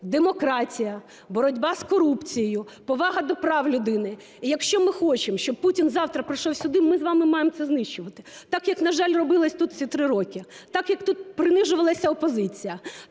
демократія, боротьба з корупцією, повага до прав людини. І якщо ми хочемо, щоб Путін завтра прийшов сюди, ми з вами маємо це знищувати так як, на жаль, робилось тут всі три роки, так як тут принижувалася опозиція,